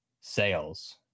sales